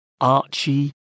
Archie